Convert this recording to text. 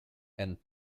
and